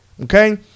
Okay